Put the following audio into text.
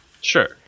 Sure